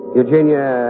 Eugenia